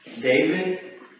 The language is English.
David